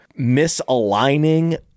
misaligning